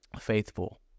faithful